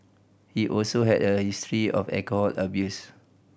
he also had a history of alcohol abuse